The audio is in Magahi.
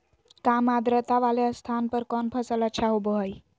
काम आद्रता वाले स्थान पर कौन फसल अच्छा होबो हाई?